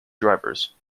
drivers